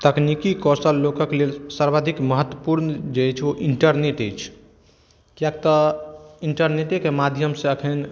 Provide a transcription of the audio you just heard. तकनीकी कौशल लोकके लेल सर्वाधिक महत्वपूर्ण जे अछि ओ इन्टरनेट अछि किएक तऽ इन्टरनेटेके माध्यमसँ एखन